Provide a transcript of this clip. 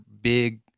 big